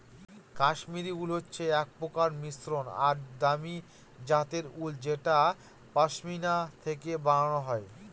কাশ্মিরী উল হচ্ছে এক প্রকার মসৃন আর দামি জাতের উল যেটা পশমিনা থেকে বানানো হয়